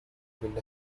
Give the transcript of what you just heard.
build